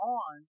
on